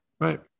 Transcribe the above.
right